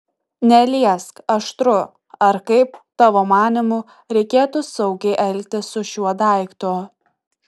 neliesk aštru ar kaip tavo manymu reikėtų saugiai elgtis su šiuo daiktu